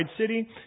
city